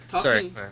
sorry